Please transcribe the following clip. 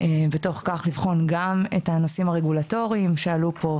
ובתוך כך לבחון גם את הנושאים הרגולטוריים שעלו פה,